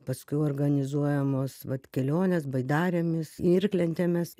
paskui organizuojamos vat kelionės baidarėmis irklentėmis